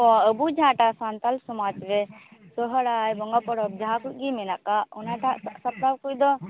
ᱚᱻ ᱟᱵᱚ ᱡᱟᱦᱟᱸ ᱴᱟᱜ ᱥᱟᱱᱛᱟᱲ ᱥᱚᱢᱟᱡᱽ ᱨᱮ ᱥᱚᱦᱨᱟᱭ ᱵᱚᱸᱜᱟ ᱯᱚᱨᱚᱵᱽ ᱡᱟᱦᱟᱸ ᱠᱚᱡᱜᱮ ᱢᱮᱱᱟᱜ ᱠᱟᱜ ᱚᱱᱟᱴᱟᱜ ᱥᱟᱥᱟᱯᱲᱟᱣ ᱠᱚᱡ ᱫᱚ